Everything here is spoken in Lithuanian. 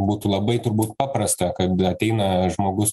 būtų labai turbūt paprasta kad ateina žmogus